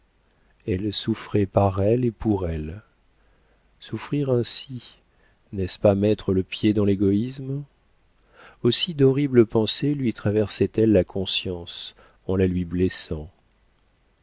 elle souffrait par elle et pour elle souffrir ainsi n'est-ce pas mettre le pied dans l'égoïsme aussi d'horribles pensées lui traversaient elles la conscience en la lui blessant